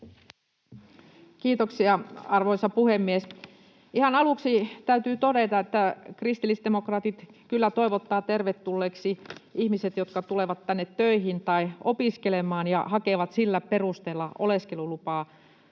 Kiitoksia, arvoisa puhemies! Ihan aluksi täytyy todeta, että kristillisdemokraatit kyllä toivottavat tervetulleeksi ihmiset, jotka tulevat tänne töihin tai opiskelemaan ja hakevat sillä perusteella oleskelulupaa